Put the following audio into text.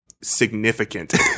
significant